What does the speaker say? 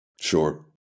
Sure